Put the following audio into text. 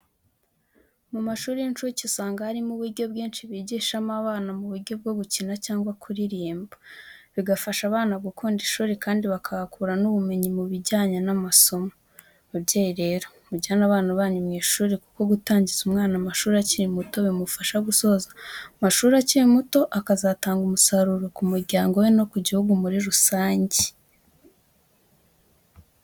Mu mashuri y'incuke usanga harimo uburyo bwinshi bigishamo abana mu buryo bwo gukina cyangwa kuririmba, bigafasha abana gukunda ishuri kandi bakahakura n'ubumenyi mu bijyanye n'amasomo. Babyeyi rero mujyane abana banyu mu mashuri, kuko gutangiza umwana amashuri akiri muto bimufasha gusoza amashuri akiri muto, akazatanga umusaruro ku muryango we no ku gihugu muri rusange.